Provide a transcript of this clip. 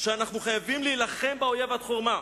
שאנחנו חייבים להילחם באויב עד חורמה.